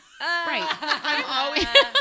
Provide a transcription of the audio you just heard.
right